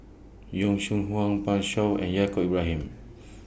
Yong Shu Hoong Pan Shou and Yaacob Ibrahim